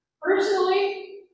Personally